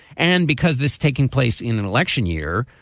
and because this taking place in an election year,